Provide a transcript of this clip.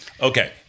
okay